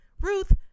Ruth